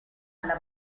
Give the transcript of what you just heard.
alla